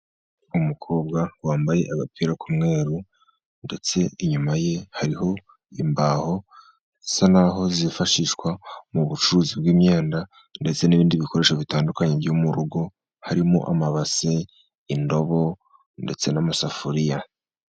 Umukobwa wambaye agapira k'umweru, ndetse inyuma ye hariho imbaho zisa n'aho zifashishwa mu bucuruzi bw'imyenda, ndetse n'ibindi bikoresho bitandukanye byo mu rugo. Harimo amabase, indobo ndetse n'amasafuriya.